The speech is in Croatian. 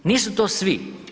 Nisu to svi.